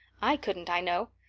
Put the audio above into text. i couldn't, i know.